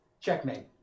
Checkmate